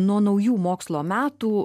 nuo naujų mokslo metų